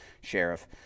sheriff